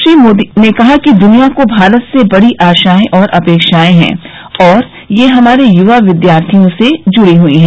श्री मोदी ने कहा कि दनिया को भारत से बडी आशाएं तथा अपेक्षाएं हैं और ये हमारे युवा विद्यार्थियों से जुड़ी हुई हैं